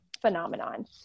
phenomenon